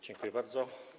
Dziękuję bardzo.